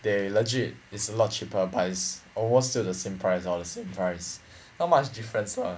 they legit is a lot cheaper but it's almost still the same price or the same price not much difference lah